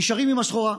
נשארים עם הסחורה.